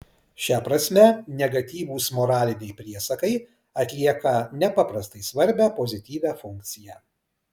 šia prasme negatyvūs moraliniai priesakai atlieka nepaprastai svarbią pozityvią funkciją